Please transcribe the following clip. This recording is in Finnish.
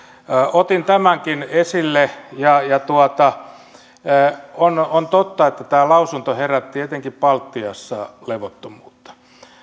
otin tämänkin esille ja ja on on totta että tämä lausunto herätti etenkin baltiassa levottomuutta